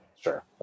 sure